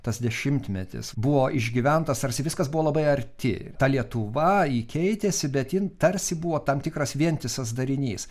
tas dešimtmetis buvo išgyventas tarsi viskas buvo labai arti ta lietuva ji keitėsi bet ji tarsi buvo tam tikras vientisas darinys